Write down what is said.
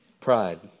Pride